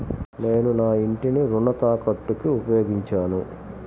నేను నా ఇంటిని రుణ తాకట్టుకి ఉపయోగించాను